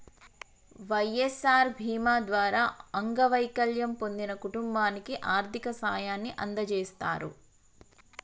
వై.ఎస్.ఆర్ బీమా ద్వారా అంగవైకల్యం పొందిన కుటుంబానికి ఆర్థిక సాయాన్ని అందజేస్తారు